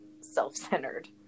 self-centered